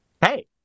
hey